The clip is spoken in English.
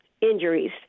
injuries